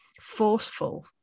forceful